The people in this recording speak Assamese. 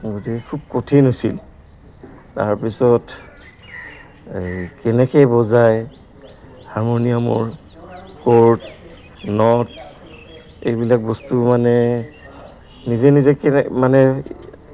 গতিকে খুব কঠিন হৈছিল তাৰপিছত এই কেনেকে বজায় হাৰমনিয়ামৰ ক'ৰ্ড নট এইবিলাক বস্তু মানে নিজে নিজে কেনে মানে